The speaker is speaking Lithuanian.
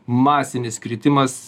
masinis kritimas